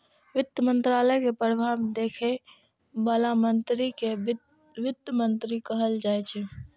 वित्त मंत्रालय के प्रभार देखै बला मंत्री कें वित्त मंत्री कहल जाइ छै